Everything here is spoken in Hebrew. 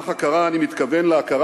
חבר הכנסת ברכה, אני קורא לך לסדר